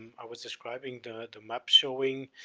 i was describing the, the map showing